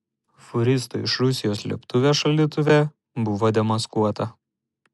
fūristo iš rusijos slėptuvė šaldytuve buvo demaskuota